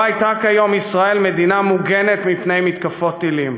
לא הייתה כיום ישראל מדינה מוגנת מפני מתקפות טילים.